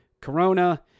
Corona